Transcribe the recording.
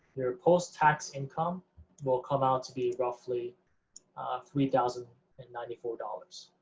your post tax income will come out to be roughly three thousand and ninety four dollars.